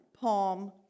palm